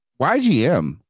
YGM